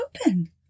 open